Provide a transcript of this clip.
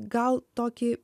gal tokį